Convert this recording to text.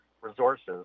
Resources